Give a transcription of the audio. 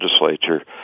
legislature